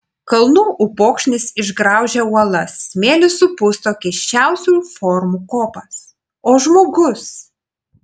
kalnų upokšnis išgraužia uolas smėlis supusto keisčiausių formų kopas o žmogus